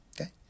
Okay